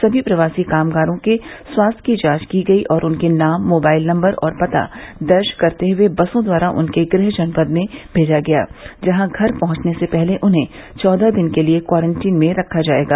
सभी प्रवासी कामगारों के स्वास्थ्य की जांच की गयी और उनके नाम मोबाइल नंबर और पता दर्ज करते हुए बसों द्वारा उनके गृह जनपद भेजा गया जहां घर पहुंचने से पहले उन्हें चौदह दिन के लिए क्वारंटीन में रखा जाएगा